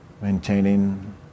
Maintaining